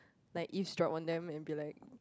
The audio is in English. like eavesdrop on them and be like